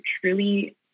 truly